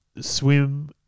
swim